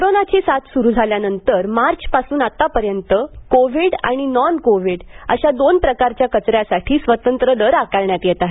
कोरोनाची साथ सुरू झाल्यानंतर मार्चपासून आतापर्यंत कोव्हिड आणि नॉन कोव्हिड अशा दोन प्रकारच्या कचऱ्यासाठी स्वतंत्र दर आकारण्यात येत आहेत